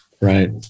Right